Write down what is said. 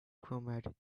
chromatic